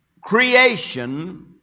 creation